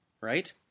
Right